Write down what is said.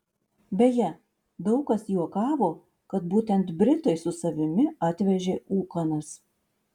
beje daug kas juokavo kad būtent britai su savimi atvežė ūkanas